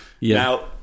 Now